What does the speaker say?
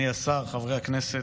אדוני השר, חברי הכנסת,